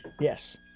yes